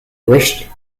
wished